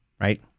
right